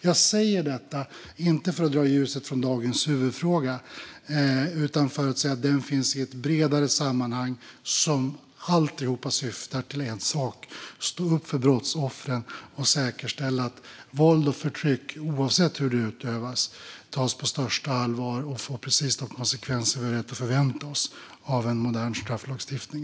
Jag säger inte detta för att dra ljuset från dagens huvudfråga utan för att säga att den finns i ett bredare sammanhang som övergripande syftar till en sak: att stå upp för brottsoffren och säkerställa att våld och förtryck, oavsett hur det utövas, tas på största allvar och får precis de konsekvenser vi har rätt att förvänta oss av en modern strafflagstiftning.